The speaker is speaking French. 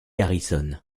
harrison